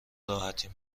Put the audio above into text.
راحتین